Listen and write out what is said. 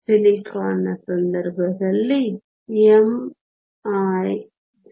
ಸಿಲಿಕಾನ್ನ ಸಂದರ್ಭದಲ್ಲಿ m¿ 0